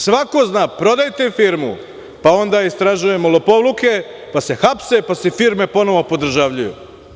Svako zna, prodajte firmu pa onda istražujemo lopovluke, pa se hapse, pa se firme ponovo podržavljuju.